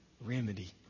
remedy